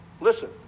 Listen